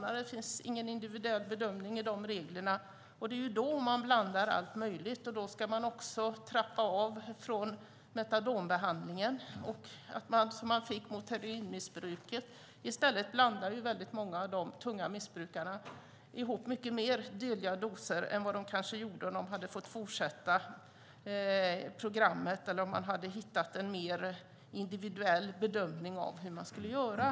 Det finns ingen individuell bedömning i reglerna, och det är då man blandar allt möjligt. Samtidigt ska man trappa av metadonbehandlingen som man fick mot heroinmissbruket. I stället blandar många av de tunga missbrukarna ihop många fler dödliga doser än de kanske hade gjort om de fått fortsätta med programmet eller om man hittat en mer individuell bedömning för hur de ska göra.